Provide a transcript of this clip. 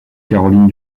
caroline